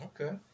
okay